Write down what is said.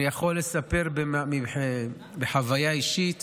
אני יכול לספר מחוויה אישית